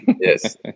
Yes